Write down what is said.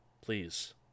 Please